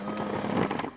ah